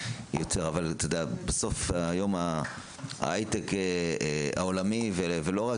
אבל בסוף היום ההייטק העולמי ולא רק,